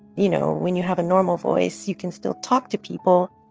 you know, when you have a normal voice, you can still talk to people